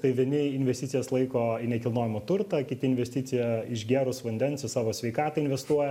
tai vieni investicijas laiko į nekilnojamą turtą kiti investiciją išgėrus vandens į savo sveikatą investuoja